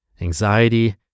anxiety